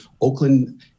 Oakland